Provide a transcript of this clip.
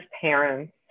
parents